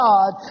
God